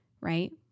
right